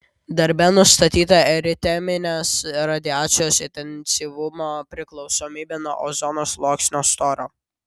darbe nustatyta eriteminės radiacijos intensyvumo priklausomybė nuo ozono sluoksnio storio